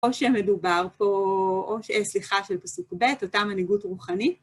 או שמדובר פה, או ש, אה, סליחה של פסוק ב', אותה מנהיגות רוחנית.